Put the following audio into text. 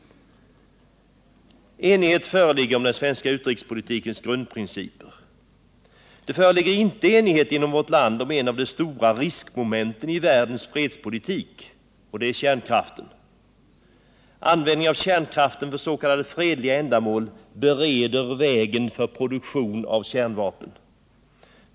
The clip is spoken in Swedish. Enighet föreligger om den svenska utrikespolitikens grundprinciper. Dock föreligger det inte enighet inom vårt land om ett av de stora riskmomenten i världens fredspolitik, nämligen om kärnkraften. Användningen av kärnkraften för s.k. fredliga ändamål bereder vägen för produktion av kärnvapen.